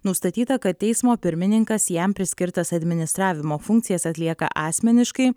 nustatyta kad teismo pirmininkas jam priskirtas administravimo funkcijas atlieka asmeniškai